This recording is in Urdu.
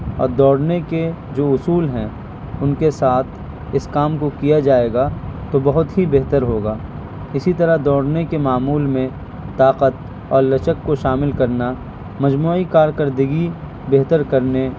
اور دوڑنے کے جو اصول ہیں ان کے ساتھ اس کام کو کیا جائے گا تو بہت ہی بہتر ہوگا اسی طرح دوڑنے کے معمول میں طاقت اور لچک کو شامل کرنا مجموعی کارکردگی بہتر کرنے